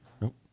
Nope